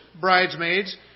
bridesmaids